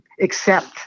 accept